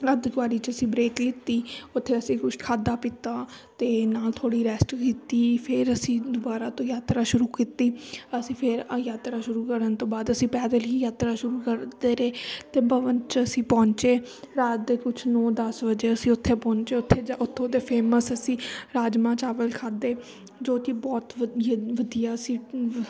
ਅੱਧ ਕਵਾਰੀ 'ਚ ਅਸੀਂ ਬ੍ਰੇਕ ਲਿਤੀ ਉੱਥੇ ਅਸੀਂ ਕੁਛ ਖਾਧਾ ਪੀਤਾ ਅਤੇ ਨਾਲ ਥੋੜ੍ਹੀ ਰੈਸਟ ਕੀਤੀ ਫਿਰ ਅਸੀਂ ਦੁਬਾਰਾ ਤੋਂ ਯਾਤਰਾ ਸ਼ੁਰੂ ਕੀਤੀ ਅਸੀਂ ਫਿਰ ਅ ਯਾਤਰਾ ਸ਼ੁਰੂ ਕਰਨ ਤੋਂ ਬਾਅਦ ਅਸੀਂ ਪੈਦਲ ਹੀ ਯਾਤਰਾ ਸ਼ੁਰੂ ਕਰਦੇ ਰਹੇ ਅਤੇ ਭਵਨ 'ਚ ਅਸੀਂ ਪਹੁੰਚੇ ਰਾਤ ਦੇ ਕੁਛ ਨੌਂ ਦਸ ਵਜੇ ਅਸੀਂ ਉੱਥੇ ਪਹੁੰਚੇ ਉੱਥੇ ਜਾ ਉੱਥੋਂ ਦੇ ਫੇਮਸ ਅਸੀਂ ਰਾਜਮਾਂਹ ਚਾਵਲ ਖਾਧੇ ਜੋ ਕਿ ਬਹੁਤ ਵਧ ਯ ਵਧੀਆ ਸੀ